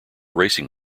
racing